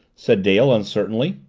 said dale uncertainly.